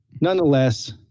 nonetheless